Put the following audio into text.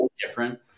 different